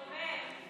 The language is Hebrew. תומך.